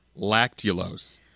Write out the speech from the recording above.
Lactulose